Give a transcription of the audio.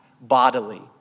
bodily